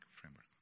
framework